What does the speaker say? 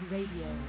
Radio